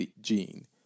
gene